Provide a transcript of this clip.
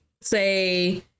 say